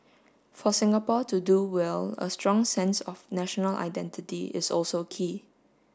for Singapore to do well a strong sense of national identity is also key